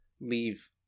leave